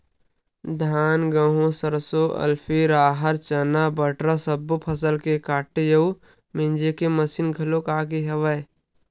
धान, गहूँ, सरसो, अलसी, राहर, चना, बटरा सब्बो फसल के काटे अउ मिजे के मसीन घलोक आ गे हवय